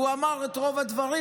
הוא אמר את רוב הדברים,